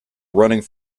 running